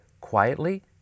quietly